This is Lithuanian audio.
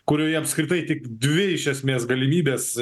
kurioje apskritai tik dvi iš esmės galimybės